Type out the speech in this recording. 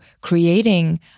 creating